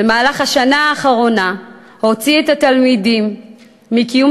במהלך השנה האחרונה הוציא תלמידים אתיופים מקיום